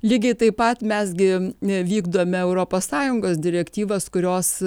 lygiai taip pat mes gi vykdome europos sąjungos direktyvas kurios